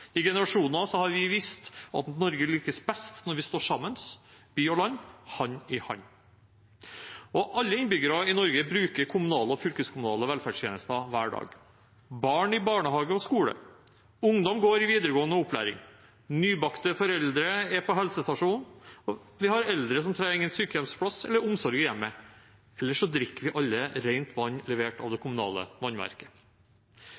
I generasjoner har vi visst at Norge lykkes best når vi står sammen – by og land hand i hand. Alle innbyggerne i Norge bruker kommunale og fylkeskommunale velferdstjenester hver dag – barn i barnehage og skole, ungdom i videregående opplæring og nybakte foreldre på helsestasjonen. Vi har eldre som trenger sykehjemsplass eller omsorg i hjemmet. Ellers drikker vi alle rent vann levert av det